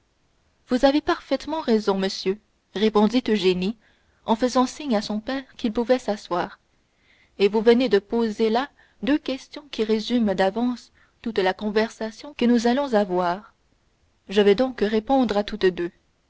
vous avez parfaitement raison monsieur répondit eugénie en faisant signe à son père qu'il pouvait s'asseoir et vous venez de poser là deux questions qui résument d'avance toute la conversation que nous allons avoir je vais donc répondre à toutes deux